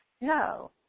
no